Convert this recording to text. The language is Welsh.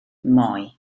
moi